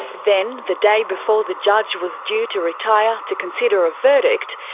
then, the day before the judge was due to retire to consider a verdict,